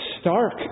stark